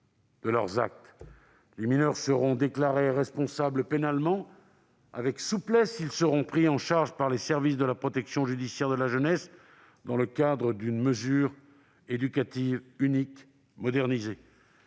de leurs actes, les mineurs seront déclarés responsables pénalement ; avec souplesse, ils seront pris en charge par les services de la protection judiciaire de la jeunesse dans le cadre d'une mesure éducative unique modernisée.